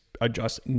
adjust